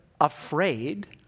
afraid